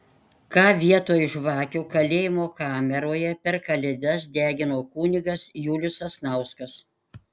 ką vietoj žvakių kalėjimo kameroje per kalėdas degino kunigas julius sasnauskas